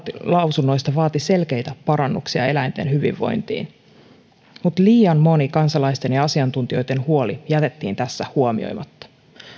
lausunnoista vaati selkeitä parannuksia eläinten hyvinvointiin mutta liian moni kansalaisten ja asiantuntijoitten huoli jätettiin tässä huomioimatta